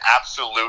absolute